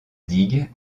digue